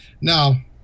Now